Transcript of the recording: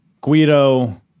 Guido